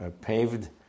paved